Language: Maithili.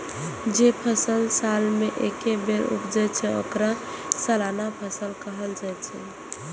जे फसल साल मे एके बेर उपजै छै, ओकरा सालाना फसल कहल जाइ छै